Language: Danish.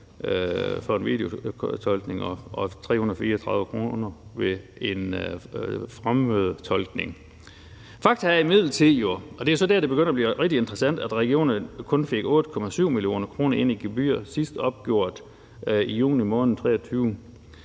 for en videotolkning og 334 kr. for fremmødetolkning. Fakta er imidlertid – og det jo så der, det begynder at blive rigtig interessant – at regionerne kun fik 8,7 mio. kr. ind i gebyrer, hvilket sidst blev opgjort i juni måned 2023,